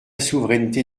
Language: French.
souveraineté